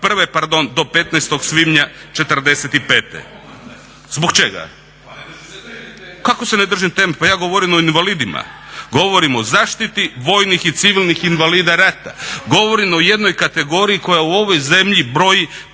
Pa ne držiš se teme./… Kako se ne držim teme? Pa ja govorim o invalidima. Govorim o zaštiti vojnih i civilnih invalida rata. Govorim o jednoj kategoriji koja u ovoj zemlji broji